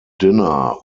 dinner